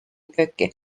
kööki